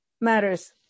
matters